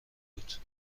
بود